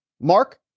Mark